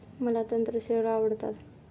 मला तंत्र शेअर आवडतात